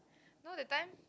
know that time